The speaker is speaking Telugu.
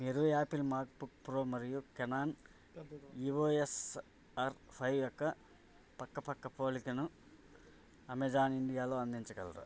మీరు ఆపిల్ మాక్ బుక్ ప్రో మరియు కెనాన్ ఈఓఎస్ ర్ ఫైవ్ యొక్క పక్కపక్క పోలికను అమెజాన్ ఇండియాలో అందించగలరా